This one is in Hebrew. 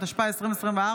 התשפ"ה 2024,